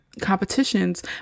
competitions